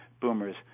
boomers